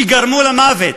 שגרמו למוות.